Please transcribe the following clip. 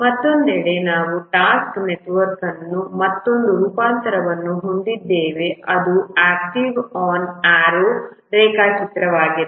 ಮತ್ತೊಂದೆಡೆ ನಾವು ಟಾಸ್ಕ್ ನೆಟ್ವರ್ಕ್ನ ಮತ್ತೊಂದು ರೂಪಾಂತರವನ್ನು ಹೊಂದಿದ್ದೇವೆ ಅದು ಆಕ್ಟಿವಿಟಿ ಆನ್ ಆರೋ ರೇಖಾಚಿತ್ರವಾಗಿದೆ